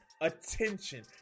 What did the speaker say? attention